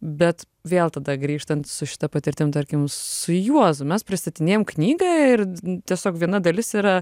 bet vėl tada grįžtant su šita patirtim tarkim su juozu mes pristatinėjam knygą ir tiesiog viena dalis yra